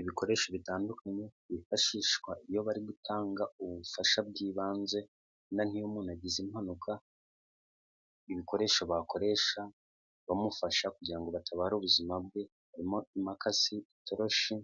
Ibikoresho bitandukanye byifashishwa iyo bari gutanga ubufasha bw'ibanze, wenda nk'iyo umuntu agize impanuka, ibikoresho bakoresha bamufasha kugira ngo batabare ubuzima bwe, harimo impakasi, itoroshi